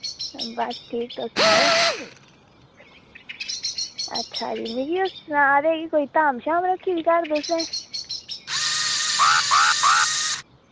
बस ठीक तुस सनाओ अच्छा जी मिकी ओह् सना दे हे कि कोई धाम शाम रक्खी दी घर तुसैं